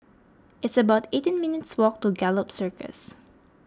it's about eighteen minutes' walk to Gallop Circus